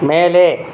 மேலே